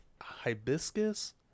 hibiscus